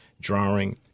drawing